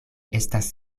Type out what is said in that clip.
estas